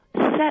set